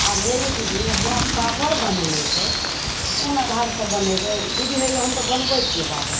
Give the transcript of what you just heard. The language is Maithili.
आब हे यइ दीदी हमरा पापड़ बनेनाइ छै कोन आधारसे बनेबै दीदी हे यइ हम तऽ बनबै छिए पापड़